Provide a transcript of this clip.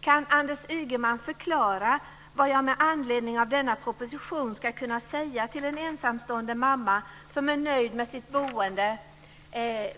Kan Anders Ygeman förklara vad jag med anledning av denna proposition ska kunna säga till en ensamstående mamma som är nöjd med sitt boende?